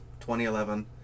2011